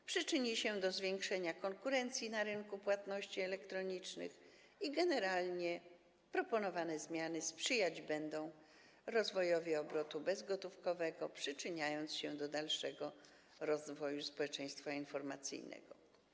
Doprowadzi to do zwiększenia konkurencji na rynku płatności elektronicznych, a generalnie proponowane zmiany sprzyjać będą rozwojowi obrotu bezgotówkowego, przyczyniając się do dalszego rozwoju społeczeństwa informacyjnego.